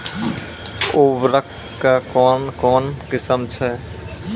उर्वरक कऽ कून कून किस्म छै?